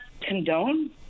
condone